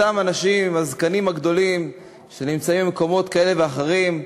אותם אנשים עם הזקנים הגדולים שנמצאים במקומות כאלה ואחרים,